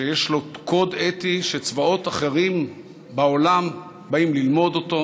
שיש לו קוד אתי שצבאות אחרים בעולם באים ללמוד אותו,